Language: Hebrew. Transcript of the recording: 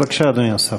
בבקשה, אדוני השר.